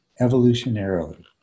evolutionarily